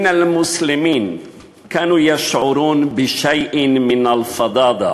"אן אל-מסלמין כאנו ישערן בשיא(ן) מן אל-ע'דאדה